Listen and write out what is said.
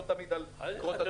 לא תמיד על קרות התאונה.